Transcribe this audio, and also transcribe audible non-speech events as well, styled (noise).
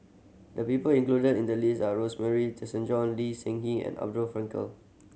the people included in the list are Rosemary Tessensohn Lee Seng (unintelligible) and Abraham Frankel